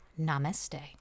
Namaste